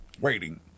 waiting